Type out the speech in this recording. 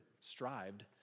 strived